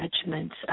judgments